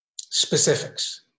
specifics